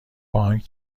بانک